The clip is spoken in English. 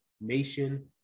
Nation